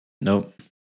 Nope